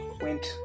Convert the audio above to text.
went